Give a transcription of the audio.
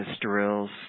drills